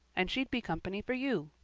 and she'd be company for you.